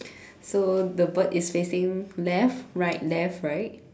so the bird is facing left right left right